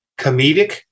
comedic